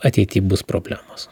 ateity bus problemos